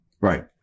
Right